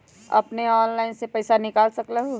अपने ऑनलाइन से पईसा निकाल सकलहु ह?